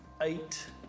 eight